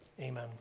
Amen